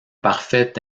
parfait